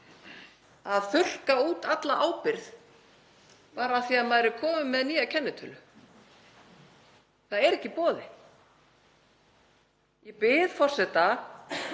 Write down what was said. að þurrka út alla ábyrgð bara af því að maður er kominn með nýja kennitölu. Það er ekki í boði. Ég bið forseta